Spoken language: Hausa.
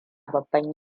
babban